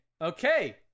okay